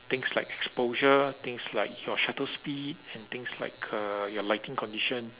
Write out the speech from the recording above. things like exposure things like your shutter speed and things like uh your lighting condition